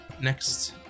Next